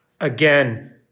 Again